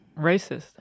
Racist